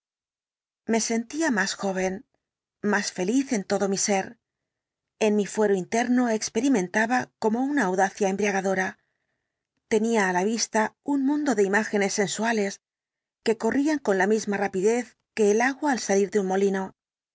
me sentía más joven más feliz en todo mi ser en mi fuero interno experimentaba como una audacia embriagadora tenía á la vista un mundo de imágenes sensuales que corrían con la misma rapidez que el agua al salir el dít jekyll de un molino